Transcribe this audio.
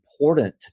important